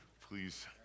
Please